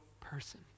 person